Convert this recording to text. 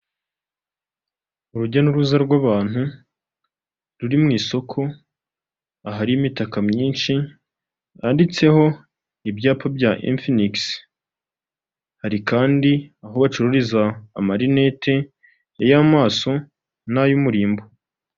Urujya n'uruza rw'abantu ruri mu isoko ahari imitaka myinshi yanditseho ibyapa bya infinigisi hari kandi aho bacururiza amarineti y'amaso n'ay'umurimbo.